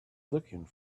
looking